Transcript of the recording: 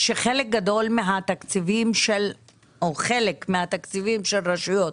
שחלק גדול מהתקציבים או חלק מהתקציבים של רשויות